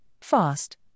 fast